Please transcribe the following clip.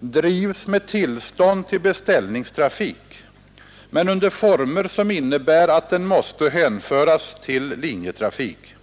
drivs med tillstånd till beställningstrafik men under former som innebär att den måste hänföras till linjetrafik.